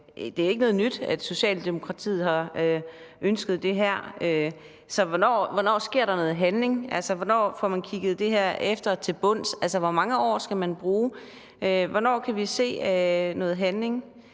Det er ikke noget nyt, at Socialdemokratiet har ønsket det her, så hvornår sker der noget handling, hvornår får man kigget det her efter til bunds? Hvor mange år skal man bruge? Hvornår kan vi se noget handling?